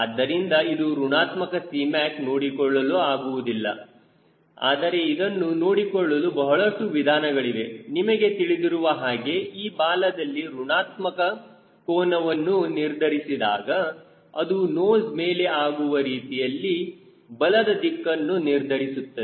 ಆದ್ದರಿಂದ ಇದು ಋಣಾತ್ಮಕ Cmac ನೋಡಿಕೊಳ್ಳಲು ಆಗುವುದಿಲ್ಲ ಆದರೆ ಇದನ್ನು ನೋಡಿಕೊಳ್ಳಲು ಬಹಳಷ್ಟು ವಿಧಾನಗಳಿವೆ ನಿಮಗೆ ತಿಳಿದಿರುವ ಹಾಗೆ ಈ ಬಾಲದಲ್ಲಿ ಋಣಾತ್ಮಕ ಕೋನವನ್ನು ನಿರ್ಧರಿಸಿದಾಗ ಅದು ನೋಸ್ ಮೇಲೆ ಆಗುವ ರೀತಿಯಲ್ಲಿ ಬಲದ ದಿಕ್ಕನ್ನು ನಿರ್ಧರಿಸುತ್ತದೆ